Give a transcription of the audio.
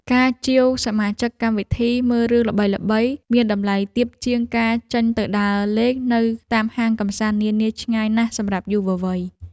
ការជាវសមាជិកកម្មវិធីមើលរឿងល្បីៗមានតម្លៃទាបជាងការចេញទៅដើរលេងនៅតាមហាងកម្សាន្តនានាឆ្ងាយណាស់សម្រាប់យុវវ័យ។